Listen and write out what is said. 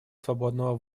свободного